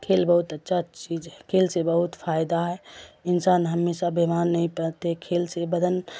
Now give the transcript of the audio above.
کھیل بہت اچھا چیز ہے کھیل سے بہت فائدہ ہے انسان ہمیشہ بیمار نہیں پڑتے کھیل سے بدن